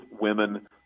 women